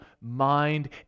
mind